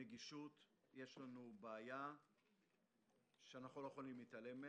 בנגישות יש לנו בעיה שאנחנו לא יכולים להתעלם ממנה.